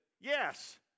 yes